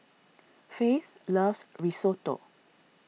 Faith loves Risotto